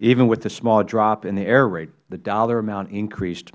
even with the small drop in the error rate the dollar amount increased